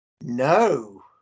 No